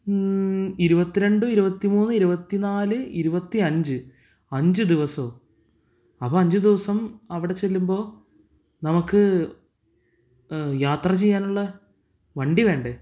ഇരുപത്തിരണ്ട് ഇരുപത്തിമൂന്ന് ഇരുപത്തിനാല് ഇരുപത്തി അഞ്ച് അഞ്ച് ദിവസമോ അപ്പോൾ അഞ്ച് ദിവസം അവിടെ ചെല്ലുമ്പോൾ നമുക്ക് യാത്ര ചെയ്യാനുള്ള വണ്ടി വേണ്ടേ